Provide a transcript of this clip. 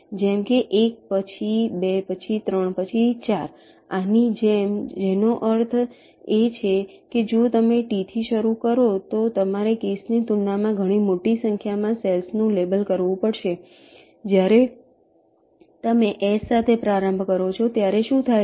જેમ કે 1 પછી 2 પછી 3 પછી 4 આની જેમ જેનો અર્થ છે કે જો તમે T થી શરૂ કરો તો તમારે કેસની તુલનામાં ઘણી મોટી સંખ્યામાં સેલ્સ નું લેબલ કરવું પડશે જ્યારે તમે S સાથે પ્રારંભ કરો છો ત્યારે શું થાય છે